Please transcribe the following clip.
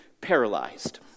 paralyzed